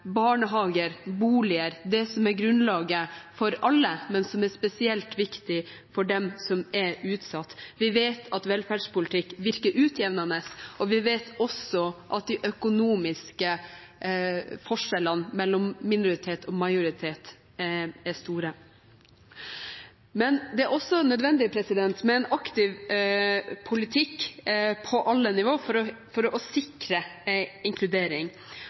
barnehager, boliger, det som er grunnlaget for alle, men som er spesielt viktig for dem som er utsatt. Vi vet at velferdspolitikk virker utjevnende, og vi vet også at de økonomiske forskjellene mellom minoritet og majoritet er store. Men det er nødvendig med en aktiv politikk på alle nivå for å sikre inkludering, og der er kontantstøtten et stridstema. Det å betale kvinner for å